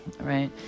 right